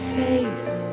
face